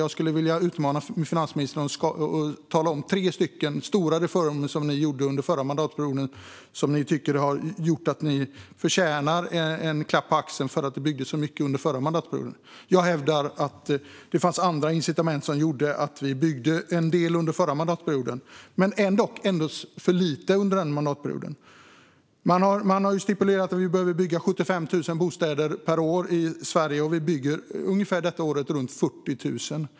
Jag skulle vilja utmana finansministern att berätta om tre stora reformer som ni genomförde under förra mandatperioden som ni anser att ni förtjänar en klapp på axeln för. Jag hävdar att det fanns andra incitament som gjorde att det byggdes en del under förra mandatperioden - men ändå för lite. Det har stipulerats att det behöver byggas 75 000 bostäder per år i Sverige, och i år byggs ungefär 40 000.